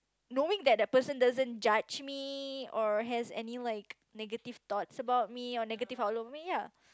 knowing that the person doesn't judge me or has any like negative thoughts about me or negative outlook of me ya